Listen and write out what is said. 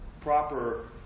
proper